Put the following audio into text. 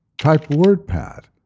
type wordpad,